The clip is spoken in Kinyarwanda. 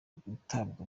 gutabwa